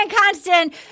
Constant